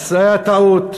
אז הייתה טעות,